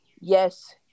yes